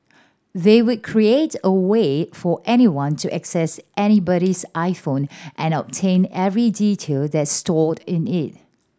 they would create a way for anyone to access anybody's iPhone and obtain every detail that's stored in it